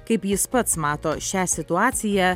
kaip jis pats mato šią situaciją